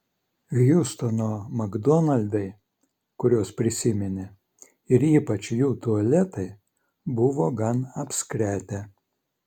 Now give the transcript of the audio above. hjustono makdonaldai kuriuos prisiminė ir ypač jų tualetai buvo gan apskretę